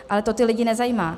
Ale to ty lidi nezajímá.